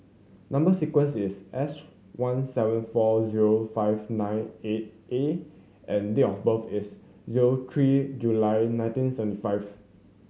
number sequence is S one seven four zero five nine eight A and date of birth is zero three July nineteen seventy five